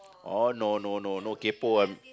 oh no no no no kaypoh one